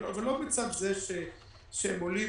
אבל לא בצד זה שהם עולים,